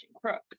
Crook